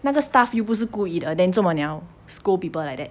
那个 staff 又不是故意的 and then 做么你要 scold people like that